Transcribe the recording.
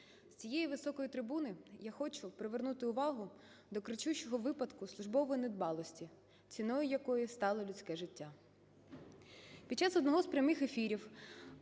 З цієї високої трибуни я хочу привернути увагу до кричущого випадку службової недбалості, ціною якої стало людське життя. Під час одного з прямих ефірів